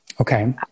Okay